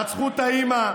רצחו את האימא,